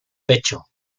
pecho